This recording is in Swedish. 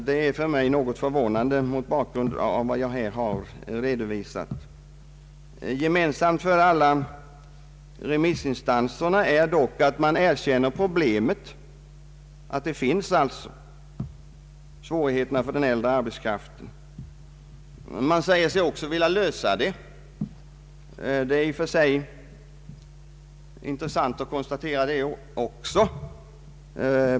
Det är för mig något förvånande mot bakgrund av vad jag här redovisat. Gemensamt för alla remissinstanser är dock att de erkänner att problemet finns, att det alltså finns svårigheter för den äldre arbetskraften. Man säger sig också vilja lösa det. även det är i och för sig intressant att konstatera.